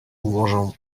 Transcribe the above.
ułożę